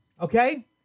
Okay